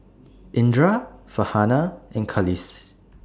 Indra Farhanah and Khalish